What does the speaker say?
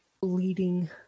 bleeding